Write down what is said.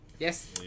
Yes